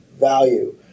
value